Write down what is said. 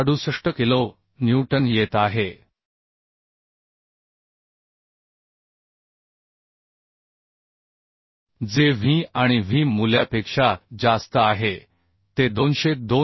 68 kilo newton येत आहे जे V आणि V मूल्यापेक्षा जास्त आहे ते 202